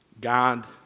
God